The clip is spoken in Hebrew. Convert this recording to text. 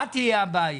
מה תהיה הבעיה?